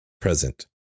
Present